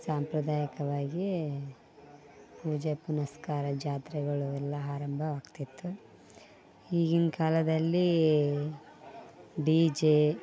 ಸಾಂಪ್ರದಾಯಿಕವಾಗಿ ಪೂಜೆ ಪುನಸ್ಕಾರ ಜಾತ್ರೆಗಳು ಎಲ್ಲ ಆರಂಭವಾಗ್ತಿತ್ತು ಈಗಿನ್ ಕಾಲದಲ್ಲಿ ಡಿ ಜೆ